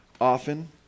often